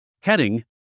Heading